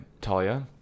Talia